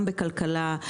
גם בכלכלה,